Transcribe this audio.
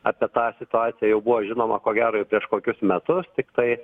apie tą situaciją jau buvo žinoma ko gero jau prieš kokius metus tiktai